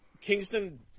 Kingston